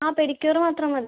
ആ പെഡിക്യൂറ് മാത്രം മതി